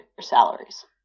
salaries